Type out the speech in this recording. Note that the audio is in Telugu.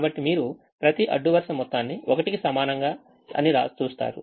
కాబట్టి మీరు ప్రతి అడ్డు వరుస మొత్తాన్ని 1 కి సమానం అని చూస్తారు